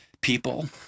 people